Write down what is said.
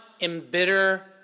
embitter